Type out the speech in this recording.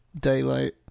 daylight